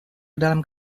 kedalam